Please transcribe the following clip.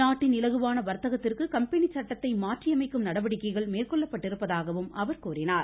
நாட்டின் இலகுவான வர்த்தகத்திற்கு கம்பெனி சட்டத்தை மாற்றி அமைக்கும் நடவடிக்கைகள் மேற்கொள்ளப்பட்டிருப்பதாக அவர் கூறினார்